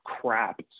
crap